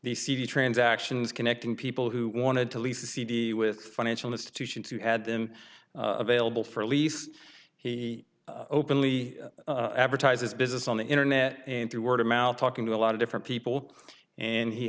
the cd transactions connecting people who wanted to lease a cd with financial institutions who had them available for at least he openly advertise his business on the internet and through word of mouth talking to a lot of different people and he